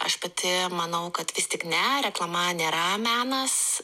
aš pati manau kad vis tik ne reklama nėra menas